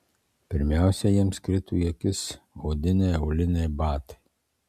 pirmiausia jiems krito į akis odiniai auliniai batai